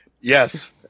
Yes